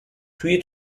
توی